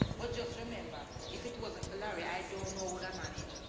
but just remember, if it wasn't for larry, i don't know would i manage.